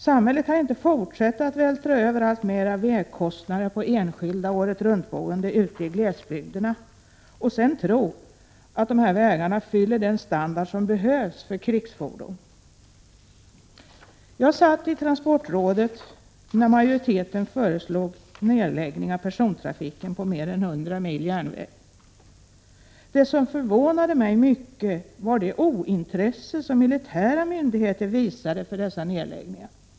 Samhället kan inte fortsätta att vältra över alltmer av vägkostnader på enskilda åretruntboende ute i glesbygderna och sedan tro att dessa vägar fyller den standard som behövs för krigsfordon. Jag satt i transportrådet när majoriteten föreslog nedläggning av persontrafiken på mer än 100 mil järnväg. Det som förvånade mig mycket var det ointresse som militära myndigheter visade för dessa nedläggningar.